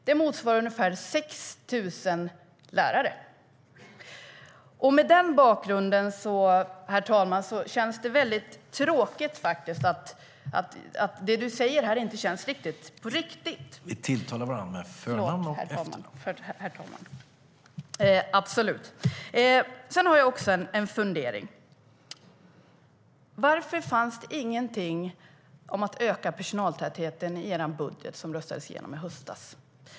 Det motsvarar ungefär 6 000 lärare. Sedan har jag en fundering. Varför fanns det ingenting om att öka personaltätheten i er budget som röstades igenom i höstas?